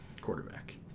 quarterback